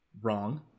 wrong